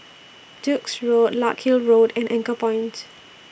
Duke's Road Larkhill Road and Anchorpoint